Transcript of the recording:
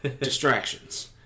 distractions